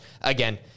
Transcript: Again